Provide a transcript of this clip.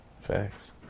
Facts